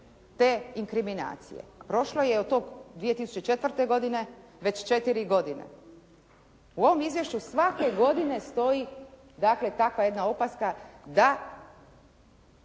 te inkriminacije. Prošlo je od 2004. godine već četiri godine. U ovom izvješću svake godine stoji dakle takva jedna opaska, da